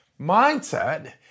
Mindset